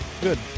Good